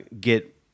get